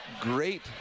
great